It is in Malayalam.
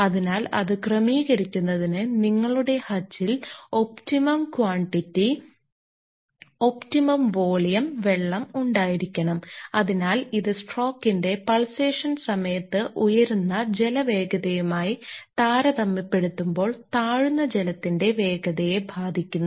അതിനാൽ അത് ക്രമീകരിക്കുന്നതിന് നിങ്ങളുടെ ഹച്ചിൽ ഒപ്റ്റിമം ക്വാണ്ടിറ്റി ഒപ്റ്റിമം വോളിയം വെള്ളം ഉണ്ടായിരിക്കണം അതിനാൽ ഇത് സ്ട്രോക്കിന്റെ പൾസേഷൻ സമയത്ത് ഉയരുന്ന ജലവേഗതയുമായി താരതമ്യപ്പെടുത്തുമ്പോൾ താഴുന്ന ജലത്തിന്റെ വേഗതയെ ബാധിക്കുന്നു